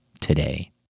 today